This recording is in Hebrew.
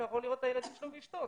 לא יכול לראות את הילדים שלו ואשתו,